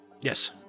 Yes